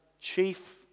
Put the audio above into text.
chief